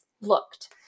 looked